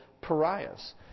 pariahs